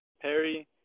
perry